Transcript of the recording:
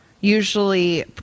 Usually